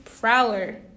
Prowler